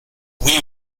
oui